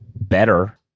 better